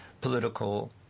political